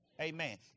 Amen